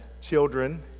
children